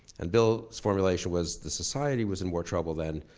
and bill's formulation was, the society was in more trouble then,